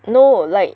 no like